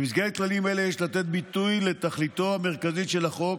במסגרת כללים אלה יש לתת ביטוי לתכליתו המרכזית של החוק: